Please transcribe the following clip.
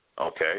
Okay